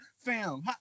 Fam